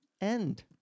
end